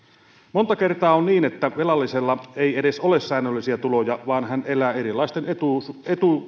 monta kertaa on niin että velallisella ei edes ole säännöllisiä tuloja vaan hän elää erilaisten